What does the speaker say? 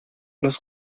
los